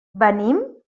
venim